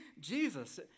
Jesus